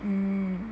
mm